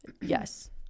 Yes